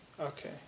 Okay